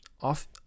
off